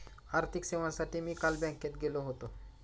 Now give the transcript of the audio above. आर्थिक सेवांसाठी मी काल बँकेत गेलो होतो